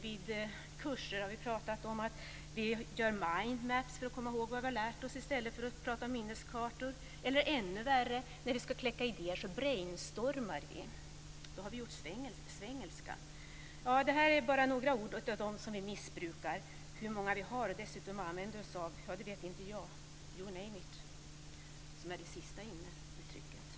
Vid kurser har vi pratat om att vi gör mind maps för att komma ihåg vad vi har lärt oss i stället för att prata om minneskartor, eller ännu värre: När vi ska kläcka idéer brainstormar vi; då har vi gjort svengelska. Det här är bara några ord av dem som vi missbrukar. Hur många vi har och dessutom använder oss av, det vet inte jag - You name it, som är det senaste inneuttrycket.